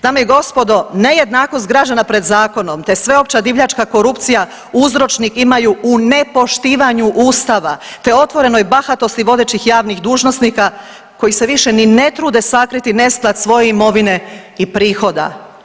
Dame i gospodo nejednakost građana pred zakonom te sveopća divljačka korupcija uzročnik imaju u nepoštivanju Ustava te otvorenoj bahatosti vodećih javnih dužnosnika koji se više ni ne trude sakriti nesklad svoje imovine i prihoda.